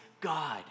God